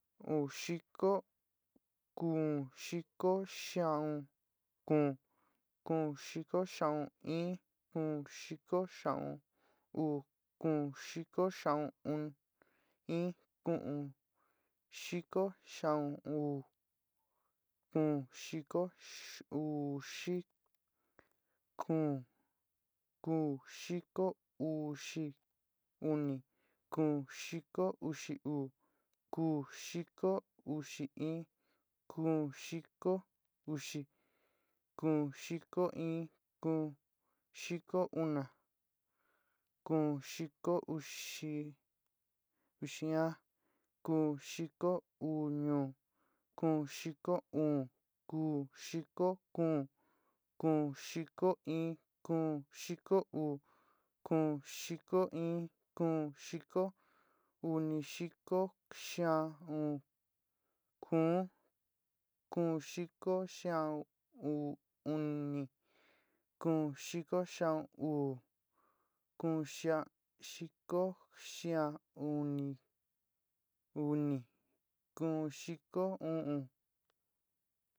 Uú xiko. kuún xiko xiaún kuún. kuun xiko xiaun in. kuun xiko xiaun uú. kuun xiko xiaun un in u'ún, xiko xiaún uú, kuún xiko uú uxik, kuún xiko uxi uni. kuún xiko uxi uú, uú xiko uxi in, kuún xiko uxi, kuún xiko in, kuún xiko una, kuun xiko uxi uxian, kuún xiko uúñu. kuún xiko uún, kuún xiko kuún, kuún xiko in, kuún xiko uú kuún xiko iin, kuun xiko unixiko xiaún kuún, kuún xiko xia'un uú uni, kuú xiko xian uú, kuún xian xikó xian uni, kuún xiko u'un.